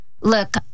Look